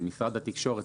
על משרד התקשורת,